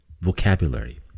vocabulary